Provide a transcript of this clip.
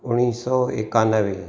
उणवीह सौ एकानवे